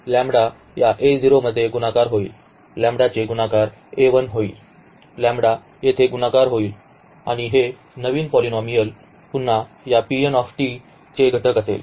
lambda या मध्ये गुणाकार होईल लँबडाचे गुणाकार होईल लँबडा येथे गुणाकार होईल आणि हे नवीन पॉलिनॉमीयल पुन्हा या चे घटक असेल